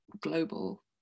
global